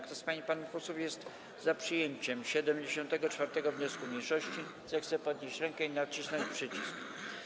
Kto z pań i panów posłów jest za przyjęciem 74. wniosku mniejszości, zechce podnieść rękę i nacisnąć przycisk.